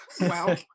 Wow